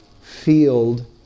field